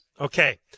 Okay